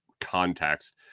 context